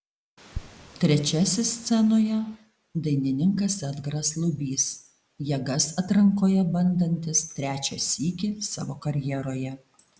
trečiasis scenoje dainininkas edgaras lubys jėgas atrankoje bandantis trečią sykį savo karjeroje